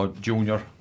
junior